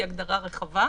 והיא הגדרה רחבה,